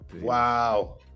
Wow